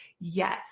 Yes